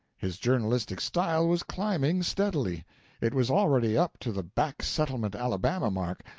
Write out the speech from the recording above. his journalistic style was climbing, steadily it was already up to the back settlement alabama mark,